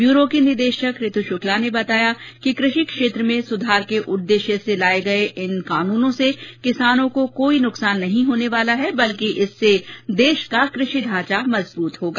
ब्यूरों की निदेशक ऋतु शुक्ला ने बताया कि कृषि क्षेत्र में सुधार के उद्देश्य से लाए गए इन कानूनो से किसानों को कोई नुकसान होने वाला नहीं है बल्कि इससे देश का कृषि ढांचा मजबूत होगा